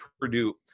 Purdue